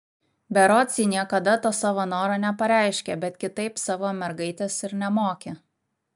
berods ji niekada to savo noro nepareiškė bet kitaip savo mergaitės ir nemokė